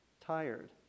tired